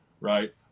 right